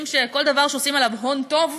יודעים שכל דבר שעושים עליו הון טוב,